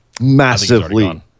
Massively